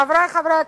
חברי חברי הכנסת,